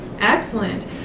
Excellent